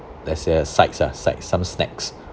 let's say sides ah sides some snacks